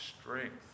strength